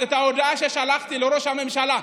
את ההודעה ששלחתי לראש הממשלה.